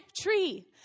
tree